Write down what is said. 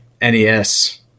NES